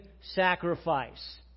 sacrifice